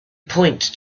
point